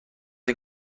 این